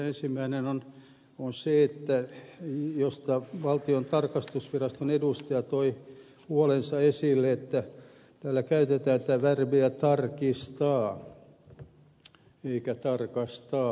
ensimmäinen on se josta valtion tarkastusviraston edustaja toi huolensa esille siitä että täällä käytetään verbiä tarkistaa eikä tarkastaa